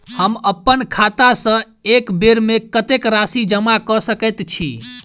हम अप्पन खाता सँ एक बेर मे कत्तेक राशि जमा कऽ सकैत छी?